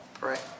right